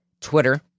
Twitter